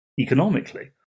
economically